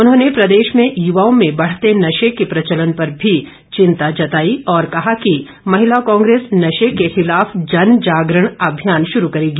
उन्होंने प्रदेश में युवाओं में बढ़ते नशे के प्रचलन पर भी चिंता जताई और कहा कि महिला कांग्रेस नशे के खिलाफ जनजागरण अभियान शुरू करेगी